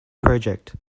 project